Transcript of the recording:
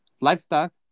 livestock